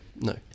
No